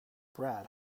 brad